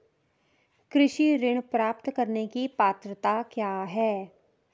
कृषि ऋण प्राप्त करने की पात्रता क्या है?